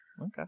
Okay